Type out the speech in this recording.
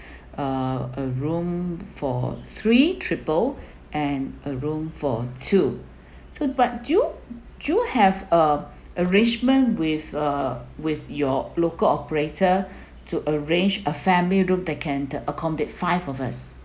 uh a room for three triple and a room for two so but do you do you have uh arrangement with uh with your local operator to arrange a family room that can accommodate five of us